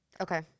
Okay